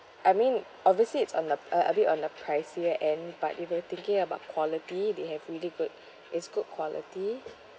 I mean obviously it's on the uh a bit on the pricier end but if you're thinking about quality they have really good it's good quality